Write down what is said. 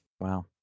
Wow